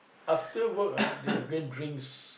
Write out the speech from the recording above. after work ah they go and drinks